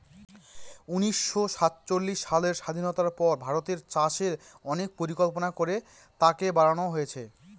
উনিশশো সাতচল্লিশ সালের স্বাধীনতার পর ভারতের চাষে অনেক পরিকল্পনা করে তাকে বাড়নো হয়েছে